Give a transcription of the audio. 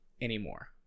anymore